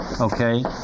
okay